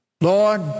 Lord